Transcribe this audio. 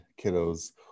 kiddos